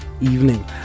evening